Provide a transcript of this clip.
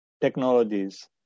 technologies